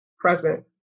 present